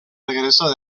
regreso